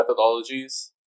methodologies